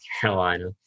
Carolina